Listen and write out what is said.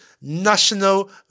national